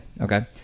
Okay